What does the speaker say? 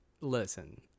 listen